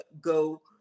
go